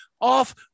off